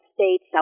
States